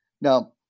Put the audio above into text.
Now